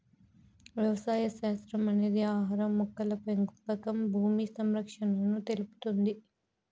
వ్యవసాయ శాస్త్రం అనేది ఆహారం, మొక్కల పెంపకం భూమి సంరక్షణను తెలుపుతుంది